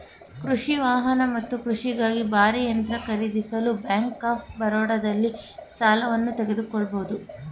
ಕೃಷಿ ವಾಹನ ಮತ್ತು ಕೃಷಿಗಾಗಿ ಭಾರೀ ಯಂತ್ರ ಖರೀದಿಸಲು ಬ್ಯಾಂಕ್ ಆಫ್ ಬರೋಡದಲ್ಲಿ ಸಾಲವನ್ನು ತೆಗೆದುಕೊಳ್ಬೋದು